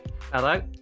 Hello